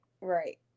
right